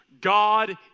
God